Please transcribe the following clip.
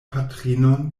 patrinon